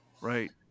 Right